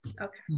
Okay